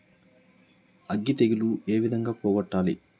అగ్గి తెగులు ఏ విధంగా పోగొట్టాలి?